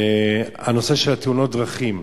לנושא של תאונות הדרכים.